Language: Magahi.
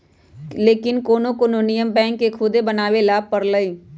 लेकिन कोनो कोनो नियम बैंक के खुदे बनावे ला परलई